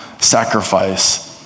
sacrifice